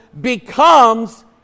becomes